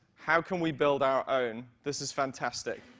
how can we build our own? this is fantastic.